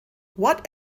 what